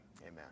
amen